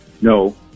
No